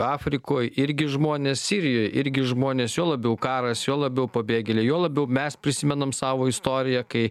afrikoj irgi žmonės sirijoj irgi žmonės juo labiau karas juo labiau pabėgėliai juo labiau mes prisimenam savo istoriją kai